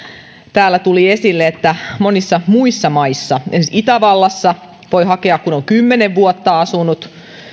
täällä tuli esille että monissa muissa maissa esimerkiksi itävallassa voi hakea kun on kymmenen vuotta asunut